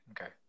Okay